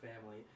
family